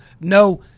no